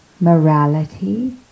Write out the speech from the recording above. morality